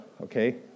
okay